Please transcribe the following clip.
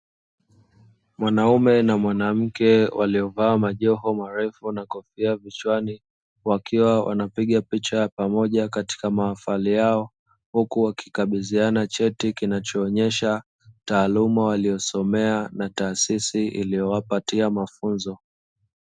Mwanaume na mwanamke walio vaa majoho marefu na kofia vichwani wakiwa wanapiga picha ya pamoja katika mahafali yao, huku wakikabidhiana cheti kinacho onyesha taaluma walio somea na taasisi iliyo wapatia mafunzo.